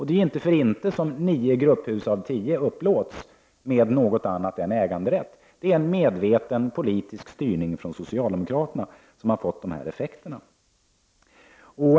Det är inte för inte som nio grupphus av tio upplåts på andra villkor än med äganderätt. Det är en medveten politisk styrning från socialdemokratiskt håll som har fått dessa effekter.